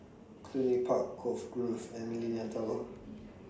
Cluny Park Cove Grove and Millenia Tower